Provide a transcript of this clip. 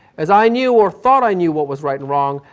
as i knew or thought i knew what was right and wrong,